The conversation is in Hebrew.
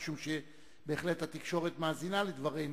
משום שהתקשורת בהחלט מאזינה לדברינו,